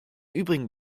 übrigen